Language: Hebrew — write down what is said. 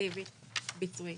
אופרטיבית ביצועית.